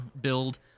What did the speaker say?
build